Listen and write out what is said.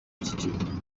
by’igihugu